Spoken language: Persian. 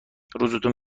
روزتون